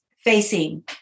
facing